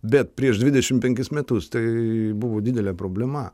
bet prieš dvidešimt penkis metus tai buvo didelė problema